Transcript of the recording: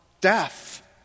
Death